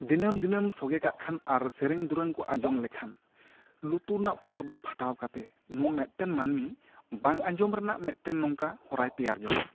ᱫᱤᱱᱟᱹᱢ ᱫᱤᱱᱟᱹᱢ ᱥᱚᱜᱮ ᱠᱟᱜ ᱠᱷᱟᱱ ᱟᱨ ᱥᱮᱨᱮᱧ ᱫᱩᱨᱟᱹᱝ ᱠᱚ ᱟᱸᱡᱚᱢ ᱞᱮᱠᱷᱟᱱ ᱞᱩᱛᱩᱨ ᱨᱮᱱᱟᱜ ᱯᱚᱨᱫᱟ ᱯᱷᱟᱴᱟᱣ ᱠᱟᱛᱮ ᱱᱩᱱ ᱢᱮᱫ ᱴᱮᱱ ᱢᱟᱹᱱᱢᱤ ᱵᱟᱝ ᱟᱸᱡᱚᱢ ᱨᱮᱭᱟᱜ ᱢᱮᱫ ᱴᱮᱱ ᱱᱚᱝᱠᱟ ᱦᱚᱨᱟᱭ ᱛᱮᱭᱟᱨ ᱡᱚᱝᱼᱟ